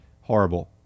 horrible